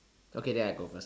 okay then I go first